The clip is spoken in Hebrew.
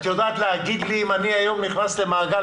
את יודעת להגיד לי אם אני היום נכנס למעגל